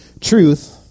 Truth